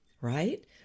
right